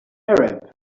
arab